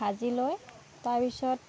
ভাজি লৈ তাৰ পিছত